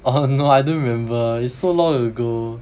oh no I don't remember it's so long ago